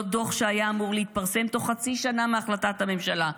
לא דוח שהיה אמור להתפרסם התוך חצי שנה מהחלטת הממשלה,